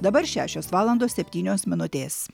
dabar šešios valandos septynios minutės